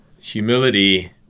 humility